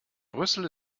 brüssel